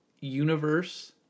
universe